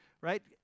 right